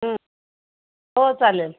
हो चालेल